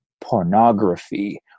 pornography